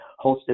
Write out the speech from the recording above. hosted